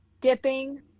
dipping